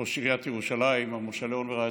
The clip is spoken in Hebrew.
ראש עיריית ירושלים מר משה לאון ורעייתו,